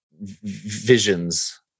visions